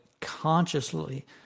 consciously